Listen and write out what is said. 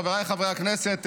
חבריי חברי הכנסת,